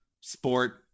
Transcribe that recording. sport